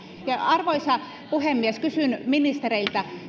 arvoisa puhemies kysyn ministereiltä